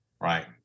right